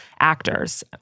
actors